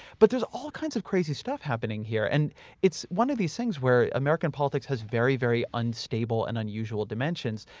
but there's all kinds of crazy stuff happening here and it's one of these things where american politics has very, very unstable and unusual dimensions.